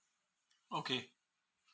okay